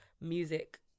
music